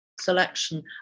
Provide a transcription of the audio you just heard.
selection